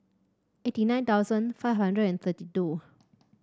eighty nine thousand five hundred and thirty two